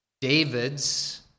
David's